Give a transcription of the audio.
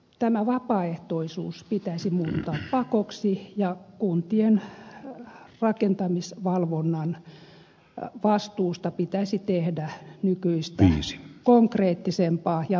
tämä vapaaehtoisuus pitäisi muuttaa pakoksi ja kuntien rakentamisvalvonnan vastuusta pitäisi tehdä nykyistä konkreettisempaa ja velvoittavampaa